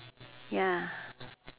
ya